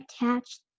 attached